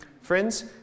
Friends